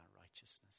righteousness